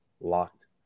locked